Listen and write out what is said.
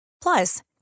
Plus